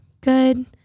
good